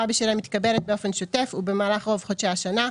בשלהם מתקבלת באופן שוטף ובמהלך רוב חודשי השנה,